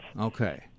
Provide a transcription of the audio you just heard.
Okay